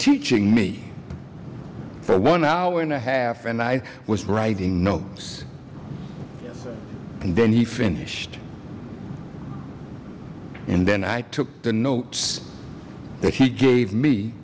teaching me for one hour and a half and i was writing knows and then he finished and then i took the notes that he gave me